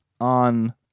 on